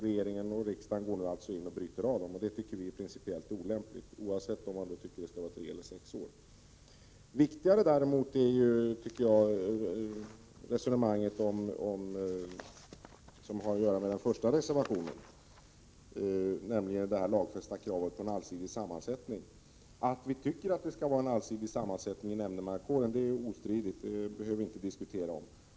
Regeringen och riksdagen går nu alltså in och bryter av valperioden. Det tycker vi är principiellt olämpligt, oavsett om man anser att perioden skall vara tre år eller sex år. Viktigare är, tycker jag, det resonemang som har att göra med den första reservationen, nämligen det lagfästa kravet på en allsidig sammansättning av nämndemannakåren. Att vi anser att den skall vara allsidigt sammansatt är ostridigt — det behöver vi inte diskutera om.